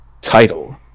title